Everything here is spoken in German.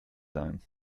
sein